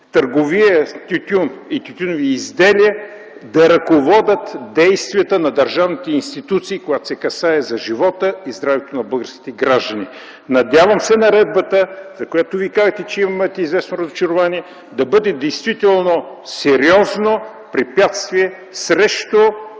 търговия с тютюн и тютюневи изделия, да ръководят действията на държавните институции, когато се касае за живота и здравето на българските граждани. Надявам се наредбата, за която Вие казахте, че имате известно разочарование, да бъде действително сериозно препятствие срещу